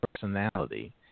personality